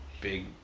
big